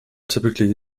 typically